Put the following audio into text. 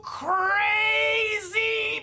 crazy